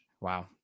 Wow